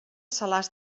salàs